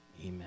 amen